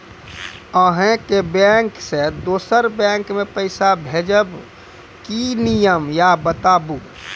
आजे के बैंक से दोसर बैंक मे पैसा भेज ब की नियम या बताबू?